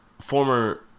former